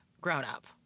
grown-up